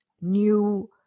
new